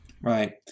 right